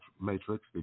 Matrix